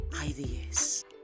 ideas